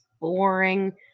boring